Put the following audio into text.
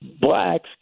Blacks